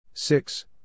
Six